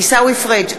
אדוני היושב-ראש,